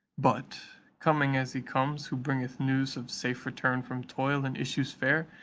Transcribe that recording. but coming as he comes who bringeth news of safe return from toil, and issues fair,